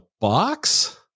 box